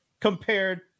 compared